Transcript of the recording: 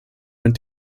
went